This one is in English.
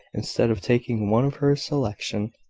instead of taking one of her selection.